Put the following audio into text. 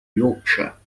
yorkshire